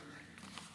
תודה.